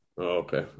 Okay